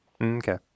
Okay